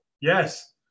yes